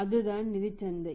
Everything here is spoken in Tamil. அதுதான் நிதிச் சந்தை